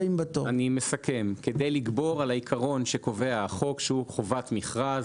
אני מסכם: כדי לגבור על העיקרון שקובע החוק שהוא חובת מכרז